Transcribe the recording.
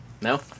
No